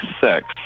six